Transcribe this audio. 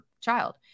child